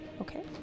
Okay